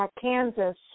Kansas